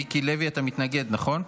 מיקי לוי, אתה מתנגד, נכון?